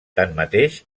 tanmateix